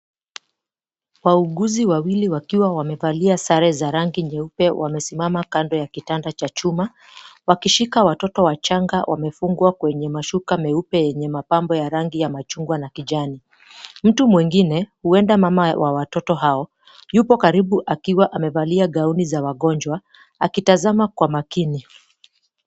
Wauguzi wawili wakiwa wamevalia sare za rangi nyeupe wamesimama kando ya kitanda cha chuma, wakishika watoto wachanga, wamefungwa kwenye mashuka meupe yenye mapambo ya rangi ya machungwa na kijani. Mtu mwingine, huenda mama wa watoto hao, yupo karibu akiwa amevalia gauni za wagonjwa akitazama kwa makini.